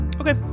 okay